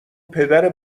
پدر